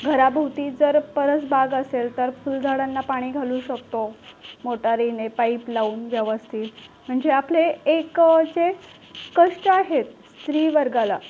घराभोवती जर परसबाग असेल तर फुलझाडांना पाणी घालू शकतो मोटारीने पाईप लावून व्यवस्थित म्हणजे आपले एक जे कष्ट आहेत स्त्रीवर्गाला